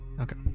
Okay